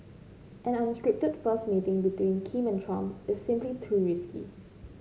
an unscripted first meeting between Kim and Trump is simply too risky